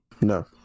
no